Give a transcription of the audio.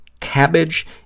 cabbage